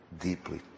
deeply